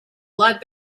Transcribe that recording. lot